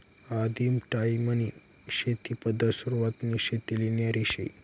आदिम टायीमनी शेती पद्धत सुरवातनी शेतीले न्यारी शे